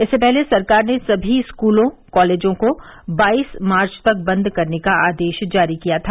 इससे पहले सरकार ने सभी स्कूल कालेजों को बाईस मार्च तक बंद करने का आदेश जारी किया था